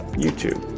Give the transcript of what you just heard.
youtube.